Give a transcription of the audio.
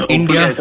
India